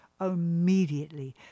immediately